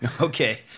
Okay